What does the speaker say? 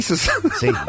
See